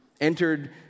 entered